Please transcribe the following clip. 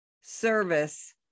service